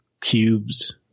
cubes